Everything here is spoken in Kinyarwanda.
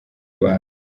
bantu